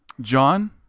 john